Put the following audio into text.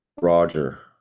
Roger